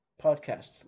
podcast